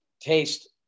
taste